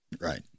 right